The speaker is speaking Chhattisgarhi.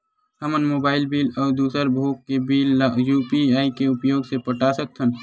हमन मोबाइल बिल अउ दूसर भोग के बिल ला यू.पी.आई के उपयोग से पटा सकथन